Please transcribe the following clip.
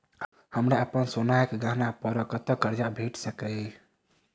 हमरा अप्पन सोनाक गहना पड़ कतऽ करजा भेटि सकैये?